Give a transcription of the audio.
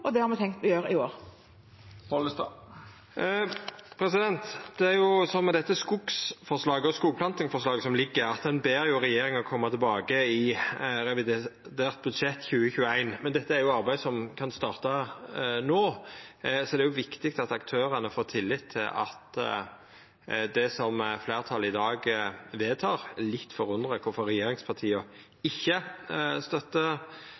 og det har vi tenkt å gjøre i år. Med dette skogplantingsforslaget som ligg føre, ber ein regjeringa koma tilbake i revidert budsjett 2021. Men dette er arbeid som kan starta no, så det er viktig at aktørane får tillit til at det som fleirtalet i dag vedtek, vert fylgt opp. Eg er litt forundra over at regjeringspartia ikkje støttar